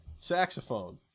saxophone